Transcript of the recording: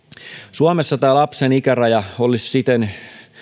suomessa tämä lapsen ikäraja olisi siten